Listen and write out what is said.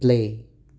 play